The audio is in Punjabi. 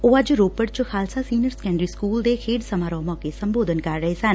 ਉਹ ਅੱਜ ਰੋਪੜ ਚ ਖਾਲਸਾ ਸੀਨੀਅਰ ਸੈਕੰਡਰੀ ਸਕੁਲ ਦੇ ਖੇਡ ਸਮਾਰੋਹ ਮੌਕੇ ਸੰਬੋਧਨ ਕਰ ਰਹੇ ਸਨ